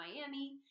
Miami